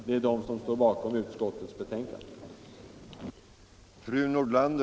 Det är de som står bakom utskottets betänkande.